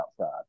outside